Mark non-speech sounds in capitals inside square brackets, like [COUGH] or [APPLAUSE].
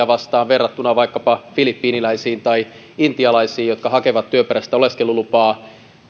[UNINTELLIGIBLE] vastaan verrattuna vaikkapa filippiiniläisiin tai intialaisiin jotka hakevat työperäistä oleskelulupaa